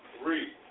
read